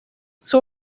sus